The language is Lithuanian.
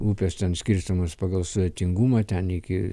upės ten skirstomos pagal svetingumą ten iki